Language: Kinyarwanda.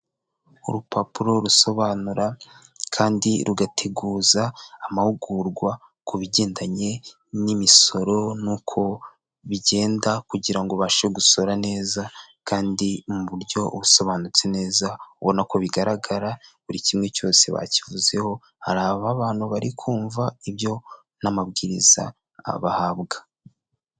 Urupapuro rusobanura kandi rugateguza amahugurwa ku bigendanye n'imisoro nuko bigenda kugira ubashe gusora neza kandi mu buryo busobanutse neza ubona ko bigaragara buri kimwe cyose bakivuzeho hari abantu bari kumva ibyo n'amabwiriza abahabwa.